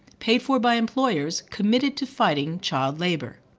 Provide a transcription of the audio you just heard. paid for by employers committed to fighting child labour.